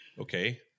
okay